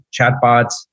chatbots